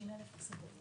50,000 השגות.